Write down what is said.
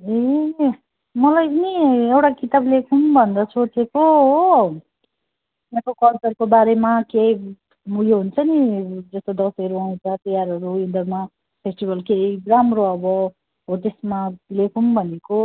ए मलाई नि एउटा किताब लेखौँ भनेर सोचेको हो त्यहाँको कल्चरको बारेमा केही उयो हुन्छ नि जस्तो दसैँहरू आउँछ तिहारहरू यिनीहरूमा फेस्टिभेल केही राम्रो अब हो त्यसमा लेखौँ भनेको